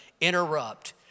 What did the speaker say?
interrupt